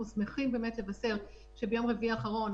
אנחנו שמחים לבשר שביום רביעי האחרון,